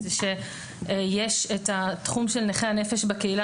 הוא שיש את התחום של נכי הנפש בקהילה,